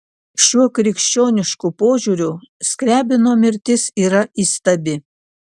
šiuo krikščionišku požiūriu skriabino mirtis yra įstabi